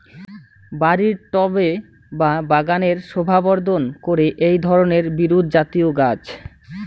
বাড়ির টবে বা বাগানের শোভাবর্ধন করে এই ধরণের বিরুৎজাতীয় গাছ